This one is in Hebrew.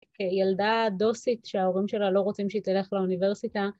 כילדה דוסית שההורים שלה לא רוצים שהיא תלך לאוניברסיטה